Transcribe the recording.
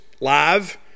live